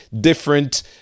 different